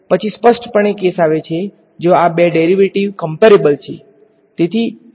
પછી સ્પષ્ટપણે કેસ આવે છે જ્યાં આ બે ડેરીવેટીવ કમ્પેરેબલ છે